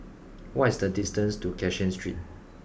what is the distance to Cashin Street